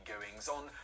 goings-on